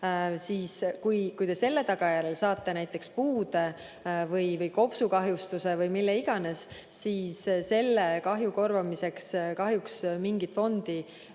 kui te selle tagajärjel saate näiteks puude või kopsukahjustuse või mille iganes. Selle kahju korvamiseks kahjuks mingit fondi